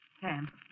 Sam